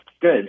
Good